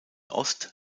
ost